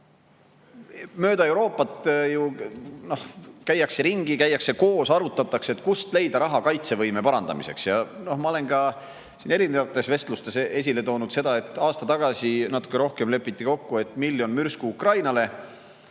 mööda Euroopat käiakse ringi, käiakse koos, arutatakse, kust leida raha kaitsevõime parandamiseks. Ma olen ka siin erinevates vestlustes esile toonud seda, et aasta või natuke rohkem tagasi lepiti kokku, et [hangitakse] miljon mürsku Ukrainale,